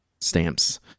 stamps